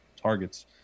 targets